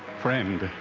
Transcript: friend.